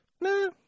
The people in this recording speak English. No